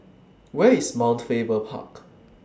Where IS Mount Faber Park